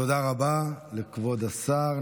תודה רבה לכבוד השר.